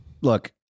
Look